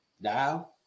Now